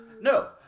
No